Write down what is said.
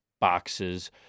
boxes